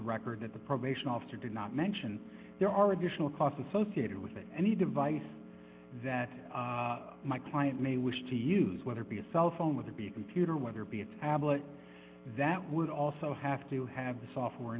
the record at the probation officer did not mention there are additional costs associated with any device that my client may wish to use whether be a cell phone with a b computer or whether be a tablet that would also have to have the software